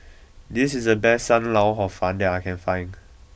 this is the best Sam Lau Hor Fun that I can find